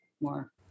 more